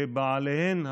לבעליהן החוקיים,